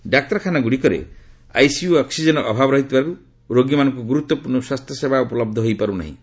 ଡାକ୍ତରଖାନାଗୁଡିକରେ ICU ଓ ଅକ୍ଟିକେନର ଅଭାବ ରହିଥିବାରୁ ରୋଗୀମାନଙ୍କୁ ଗୁରୁତ୍ୱପୂର୍ଣ୍ଣ ସ୍ୱାସ୍ଥ୍ୟସେବା ଉପଲବ୍ଧ ହୋଇପାରୁନାହିଁ